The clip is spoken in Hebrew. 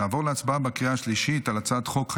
נעבור להצבעה בקריאה שלישית על הצעת חוק משפחות